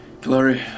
Glory